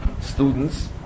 students